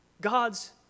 God's